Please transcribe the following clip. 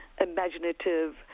imaginative